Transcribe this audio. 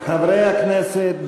חברי הכנסת,